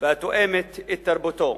והתואם את תרבותו.